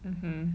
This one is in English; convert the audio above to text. hmm